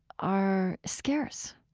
are scarce.